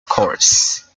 course